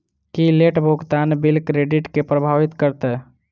की late भुगतान bill credit केँ प्रभावित करतै?